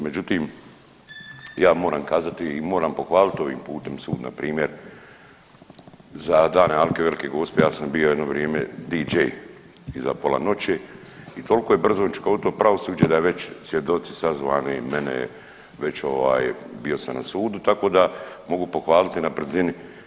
Međutim, ja moram kazati i moram pohvaliti ovim putem sud npr. za dane Alke i Velike Gospe ja sam bio jedno vrijeme deejay iza pola noći i toliko je brzo i učinkovito pravosuđe da je već svjedoci sazvani i mene već bio sam na sudu tako da mogu pohvaliti na brzini.